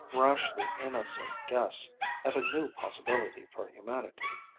rashly innocent guess at a new possibility for humanity,